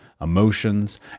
emotions